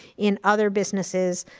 in other businesses,